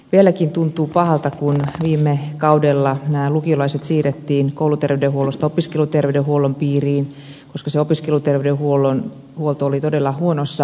vieläkin tuntuu pahalta kun viime kaudella nämä lukiolaiset siirrettiin kouluterveydenhuollosta opiskeluterveydenhuollon piiriin koska se opiskeluterveydenhuolto oli todella huonossa jamassa